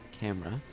camera